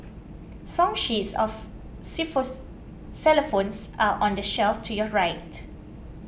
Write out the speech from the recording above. song sheets of xylophones are on the shelf to your right